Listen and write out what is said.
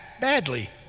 badly